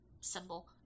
symbol